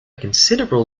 considerable